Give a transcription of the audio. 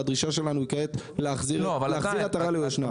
והדרישה שלנו כעת להחזיר עטרה ליושנה.